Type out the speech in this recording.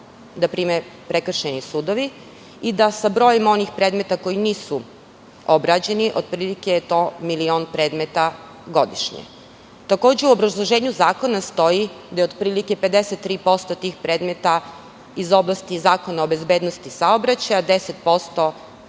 hiljada predmeta, da je broj onih predmeta koji nisu obrađeni, otprilike milion predmeta godišnje. Takođe, u obrazloženju zakona stoji da je otprilike 53% tih predmeta iz oblasti Zakona o bezbednosti saobraćaja, 10%